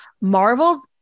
Marvel